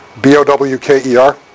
B-O-W-K-E-R